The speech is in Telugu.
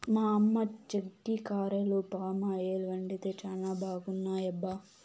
మా అమ్మ చెక్కిగారెలు పామాయిల్ వండితే చానా బాగున్నాయబ్బా